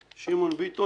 היושב-ראש,